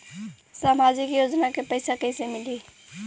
सामाजिक योजना के पैसा कइसे मिली?